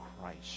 Christ